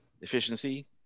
efficiency